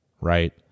right